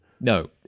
No